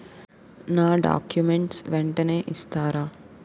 నా డాక్యుమెంట్స్ వెంటనే ఇస్తారా?